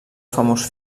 famós